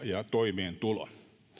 ja toimeentulo